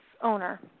owner